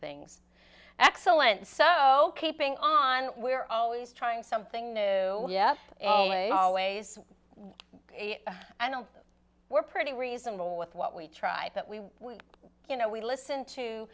things excellent so keeping on we're always trying something new yes always i know we're pretty reasonable with what we try but we you know we listen to